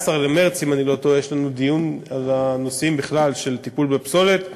ב-14 במרס יש לנו דיון על כלל הנושאים של טיפול בפסולת,